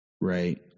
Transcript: Right